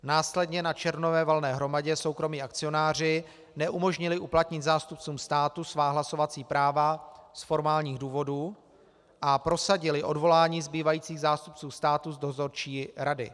Následně na červnové valné hromadě soukromí akcionáři neumožnili uplatnit zástupcům státu svá hlasovací práva z formálních důvodů a prosadili odvolání zbývajících zástupců státu z dozorčí rady.